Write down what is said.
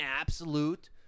absolute